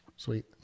Sweet